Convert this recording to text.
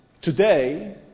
today